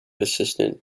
assistant